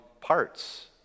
parts